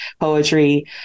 poetry